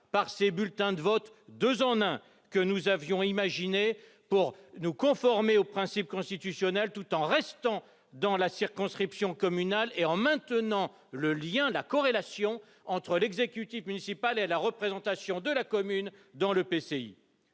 par ces bulletins de vote « deux en un » que nous avions imaginés pour nous conformer au principe constitutionnel tout en restant dans la circonscription communale et en maintenant le lien entre l'exécutif municipal et la représentation de la commune dans l'EPCI.